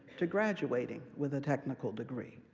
to graduating with a technical degree,